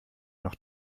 noch